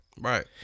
Right